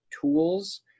tools